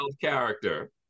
character